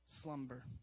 slumber